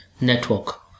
network